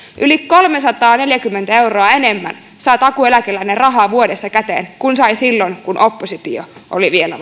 yli kolmesataaneljäkymmentä euroa enemmän saa takuu eläkeläinen rahaa vuodessa käteen kuin sai silloin kun oppositio oli vielä